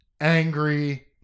angry